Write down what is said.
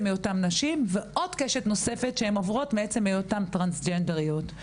היותן נשים ועוד קשת נוספת מעצם היותן טרנסג'נדריות.